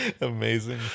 Amazing